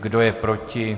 Kdo je proti?